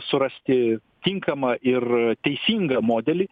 surasti tinkamą ir teisingą modelį